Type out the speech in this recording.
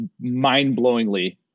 mind-blowingly